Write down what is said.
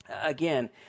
Again